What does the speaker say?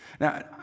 Now